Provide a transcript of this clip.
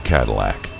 Cadillac